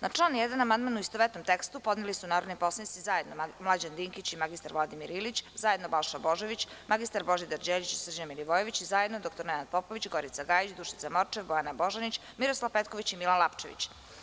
Na član 1. amandman u istovetnom tekstu podneli su narodni poslanici zajedno Mlađan Dinkić i mr Vladimir Ilić, zajedno Balša Božović, mr Božidar Đelić i Srđan Milivojević, i zajedno dr Nenad Popović, Gorica Gajić, Dušica Morčev, Bojana Božanić, Miroslav Petković i Milan Lapčević.